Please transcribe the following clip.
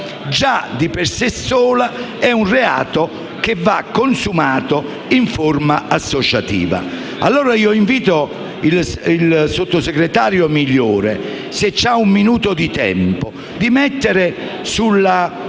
già di per sé è un reato che va consumato in forma associativa. Ebbene, invito il sottosegretario Migliore, se ha un minuto di tempo, a inserire nel